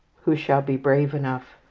who shall be brave enough,